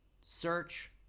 Search